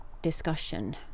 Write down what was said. discussion